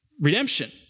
redemption